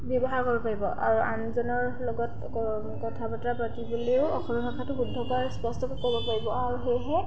ব্যৱহাৰ কৰিব পাৰিব আৰু আনজনৰ লগত ক কথা বতৰা পাতিবলৈও অসমীয়া ভাষাটো শুদ্ধকৈ আৰু স্পষ্টকৈ ক'ব পাৰিব আৰু সেয়েহে